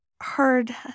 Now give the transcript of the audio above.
heard